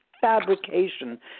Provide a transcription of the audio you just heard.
fabrication